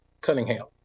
Cunningham